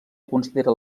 considera